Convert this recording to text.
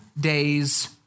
days